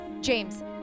James